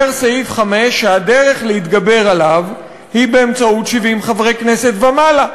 אומר סעיף 5 שהדרך להתגבר עליו היא באמצעות 70 חברי כנסת ומעלה.